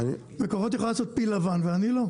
מקורות יכולה לעשות פיל לבן ואני לא,